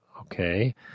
okay